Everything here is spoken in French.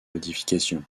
modifications